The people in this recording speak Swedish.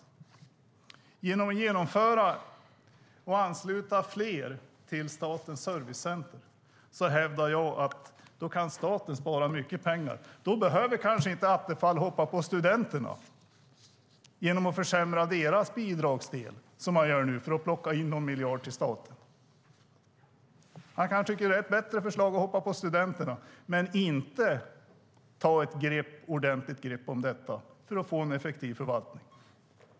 Jag hävdar att staten genom att ansluta fler till Statens servicecenter kan spara mycket pengar. Då kanske Attefall inte behöver hoppa på studenterna genom att försämra deras bidragsdel, vilken man nu gör, för att plocka in någon miljard till staten. Han kanske tycker att det är ett bra förslag att hoppa på studenterna men inte att ta ett ordentligt grepp om detta för att få en effektiv förvaltning.